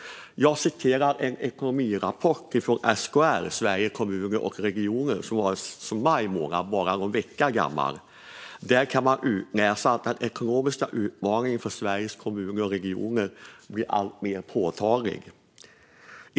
I en ekonomirapport från SKR, Sveriges Kommuner och Regioner, för maj månad - den är bara någon vecka gammal - kan man läsa att den ekonomiska utmaningen för Sveriges kommuner och regioner blir alltmer påtaglig.